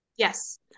Yes